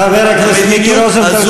חבר הכנסת מיקי רוזנטל,